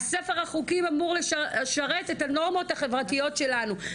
הספר החוקים אמור לשרת את הנורמות החברתיות שלנו,